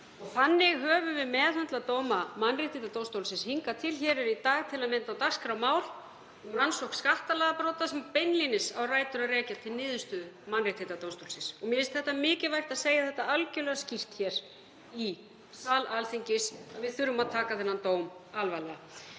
Þannig höfum við meðhöndlað dóma Mannréttindadómstólsins hingað til. Hér er í dag til að mynda á dagskrá mál um rannsókn skattalagabrota sem beinlínis á rætur að rekja til niðurstöðu Mannréttindadómstólsins. Mér finnst mikilvægt að segja það algjörlega skýrt hér í sal Alþingis að við þurfum að taka þennan dóm alvarlega.